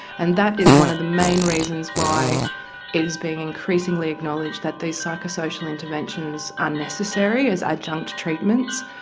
and that is one of the main reasons why it is being increasingly acknowledge that these psychosocial interventions are necessary as adjunct treatments.